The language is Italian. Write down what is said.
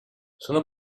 sono